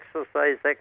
exercise